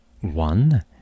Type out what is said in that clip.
One